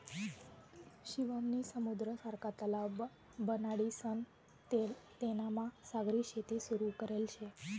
शिवम नी समुद्र सारखा तलाव बनाडीसन तेनामा सागरी शेती सुरू करेल शे